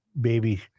baby